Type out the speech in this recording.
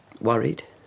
worried